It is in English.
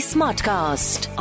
Smartcast